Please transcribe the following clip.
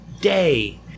day